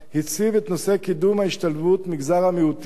הציב את נושא קידום ההשתלבות של מגזר המיעוטים